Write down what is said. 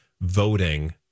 voting